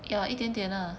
ya 一点点啊